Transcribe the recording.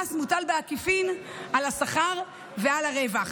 המס מוטל בעקיפין על השכר ועל הרווח.